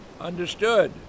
Understood